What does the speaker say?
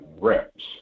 reps